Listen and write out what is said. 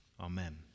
Amen